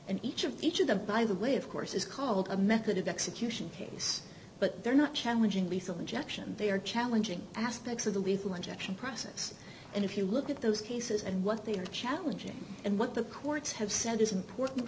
and each of each of the by the way of course is called a method of execution case but they're not challenging lethal injection they are challenging aspects of the lethal injection process and if you look at those cases and what they are challenging and what the courts have said is important